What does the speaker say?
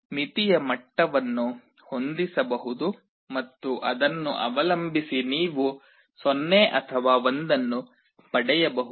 ಮಿತಿ ಮಟ್ಟವನ್ನು ಹೊಂದಿಸಬಹುದು ಮತ್ತು ಅದನ್ನು ಅವಲಂಬಿಸಿ ನೀವು 0 ಅಥವಾ 1 ಅನ್ನು ಪಡೆಯಬಹುದು